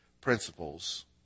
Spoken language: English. principles